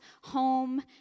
home